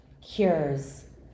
cures